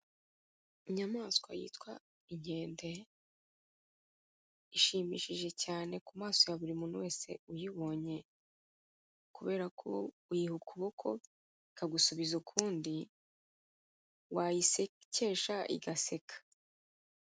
Inyamaswa yitwa inkende ishimishije cyane ku maso ya buri muntu wese uyibonye kubera ko uyiha ukuboko ikagusubiza ukundi wayisekesha igaseka.